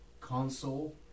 console